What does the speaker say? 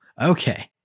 Okay